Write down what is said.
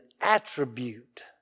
attribute